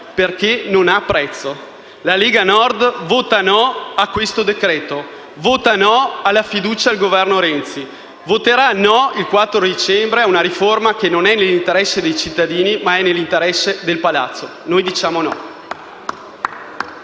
perché non ha prezzo. La Lega Nord vota no a questo decreto-legge; vota no alla fiducia al Governo Renzi; voterà no il 4 dicembre a una riforma che non è nell'interesse dei cittadini, ma è nell'interesse del palazzo. Noi diciamo no.